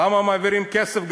למה מעבירים כסף,